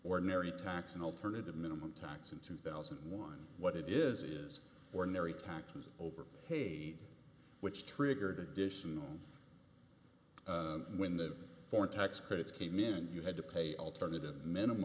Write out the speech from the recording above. ordinary tax and alternative minimum tax in two thousand and one what it is is ordinary taxes over paid which triggered additional when the foreign tax credits came in you had to pay alternative minimum